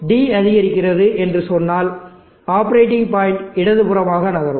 எனவே d அதிகரிக்கிறது என்று சொன்னால் ஆப்பரேட்டிங் பாயிண்ட் இடதுபுறமாக நகரும்